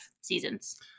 seasons